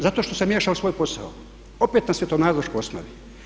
Zato što se miješa u svoj posao, opet na svjetonazorskoj osnovi.